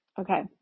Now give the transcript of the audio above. Okay